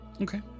Okay